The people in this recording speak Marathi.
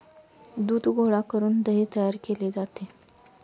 दूध गोळा करून दही तयार केले जाते